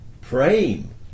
Praying